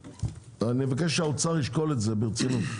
מבקש שהאוצר ישקול זאת ברצינות.